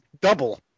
double